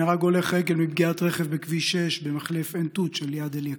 נהרג הולך רגל מפגיעת רכב בכביש 6 במחלף עין תות שליד אליקים.